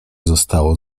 zostało